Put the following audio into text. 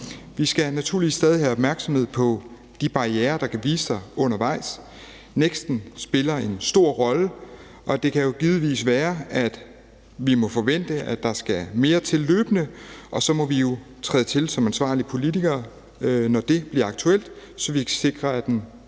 Vi skal naturligvis stadig have opmærksomhed på de barrierer, der kan vise sig undervejs. NEKST'en spiller en stor rolle, og det kan givetvis være sådan, at vi må forvente, at der skal mere til løbende, og så må vi jo træde til som ansvarlige politikere, når det bliver aktuelt, så vi sikrer, at den